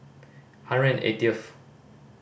hundred and eightieth